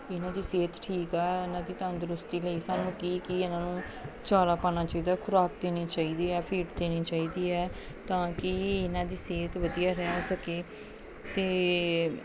ਇਹਨਾਂ ਦੀ ਸਿਹਤ ਠੀਕ ਆ ਇਹਨਾਂ ਦੀ ਤੰਦਰੁਸਤੀ ਲਈ ਸਾਨੂੰ ਕੀ ਕੀ ਇਹਨਾਂ ਨੂੰ ਚਾਰਾ ਪਾਉਣਾ ਚਾਹੀਦਾ ਖੁਰਾਕ ਦੇਣੀ ਚਾਹੀਦੀ ਹੈ ਫੀਡ ਦੇਣੀ ਚਾਹੀਦੀ ਹੈ ਤਾਂ ਕਿ ਇਹਨਾਂ ਦੀ ਸਿਹਤ ਵਧੀਆ ਰਹਿ ਸਕੇ ਅਤੇ